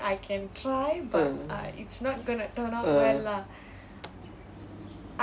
mm mm